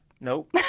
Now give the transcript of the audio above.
Nope